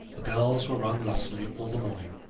the bells were rung lustily all the morning,